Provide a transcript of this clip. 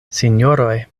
sinjoroj